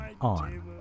on